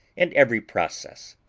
and every process.